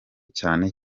cyane